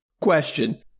Question